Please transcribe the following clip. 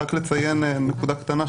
רק לציין נקודה קטנה,